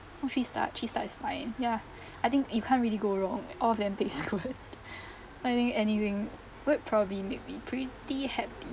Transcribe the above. oh cheese tart cheese tart is fine ya I think you can't really go wrong all of them taste good so I think anything would probably make me pretty happy